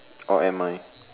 or and my